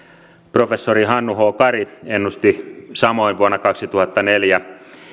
professori hannu h kari ennusti samoin vuonna kaksituhattaneljä